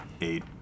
Eight